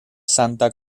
santa